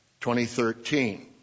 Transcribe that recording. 2013